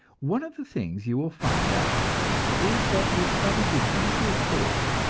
one of the things you will find out is that your stomach is easily fooled